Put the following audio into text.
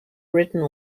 written